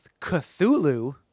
Cthulhu